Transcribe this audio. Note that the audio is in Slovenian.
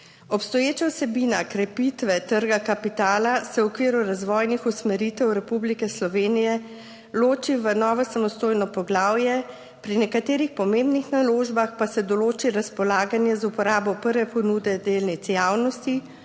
Obstoječa vsebina krepitve trga kapitala se v okviru razvojnih usmeritev Republike Slovenije loči v novo samostojno poglavje, pri nekaterih pomembnih naložbah pa se določi razpolaganje z uporabo prve ponudbe delnic javnosti,